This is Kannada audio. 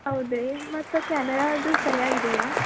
ಹೌದ್ ರೀ ಮತ್ತೆ ಕ್ಯಾಮರಾ ಅದು ಸರ್ಯಾಗಿ ಇದೆಯಾ